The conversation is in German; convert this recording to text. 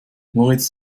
moritz